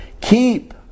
Keep